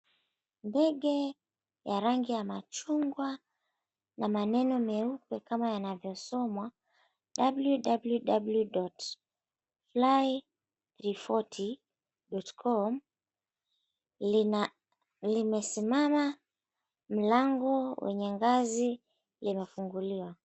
Ndege ya rangi ya machungwa na maneno meupe kama yanavyosomwa, www.fly340.com limesimama. Mlango wenye ngazi limefunguliwa.